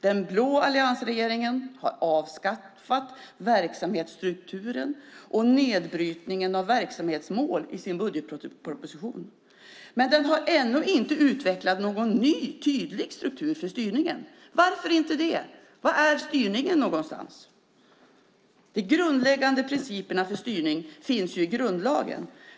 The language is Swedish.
Den blå alliansregeringen har avskaffat verksamhetsstrukturen och nedbrytningen av verksamhetsmål i sin budgetsproposition. Men den har ännu inte utvecklat någon ny tydlig struktur för styrningen. Varför inte? Var är styrningen någonstans? De grundläggande principerna för styrning finns i grundlagen.